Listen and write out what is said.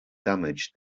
damage